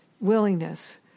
willingness